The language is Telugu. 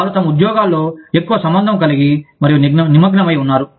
వారు తమ ఉద్యోగాల్లో ఎక్కువ సంభందం కలిగి మరియు నిమగ్నమై ఉన్నారు